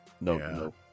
No